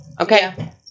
Okay